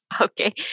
Okay